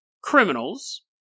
criminals